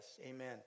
amen